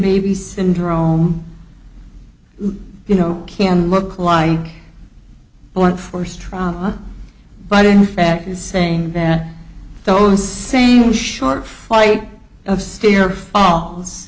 baby syndrome you know can look like blunt force trauma but in fact is saying that those same short flight of stairs or falls